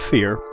Fear